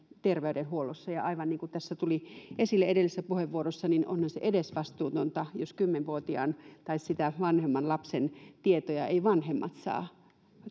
terveydenhuollossa ja ja aivan niin kuin tässä tuli esille edellisessä puheenvuorossa niin onhan se edesvastuutonta jos kymmenen vuotiaan tai sitä vanhemman lapsen tietoja eivät vanhemmat saa